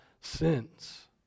sins